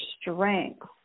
strength